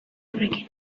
horrekin